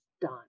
done